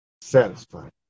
satisfied